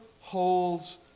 holds